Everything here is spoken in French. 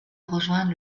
rejoindre